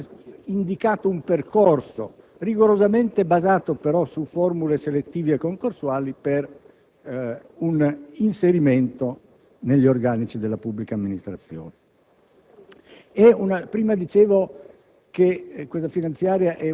a rimanere dove si è: si è indicato un percorso, rigorosamente basato, però, su formule selettive concorsuali, per un inserimento negli organici della pubblica amministrazione.